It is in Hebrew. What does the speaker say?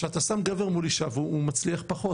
שאתה שם גבר מול אישה והוא מצליח פחות,